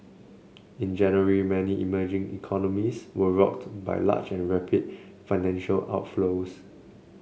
in January many emerging economies were rocked by large and rapid financial outflows